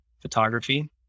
photography